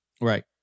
Right